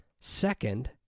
Second